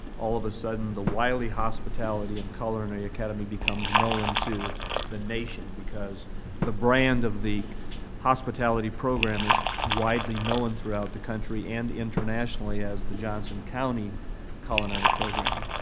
all of a sudden, the wylie hospitality and culinary academy becomes known to the nation? because the brand of the hospitality program is widely known throughout the country and internationally as the johnson county culinary program.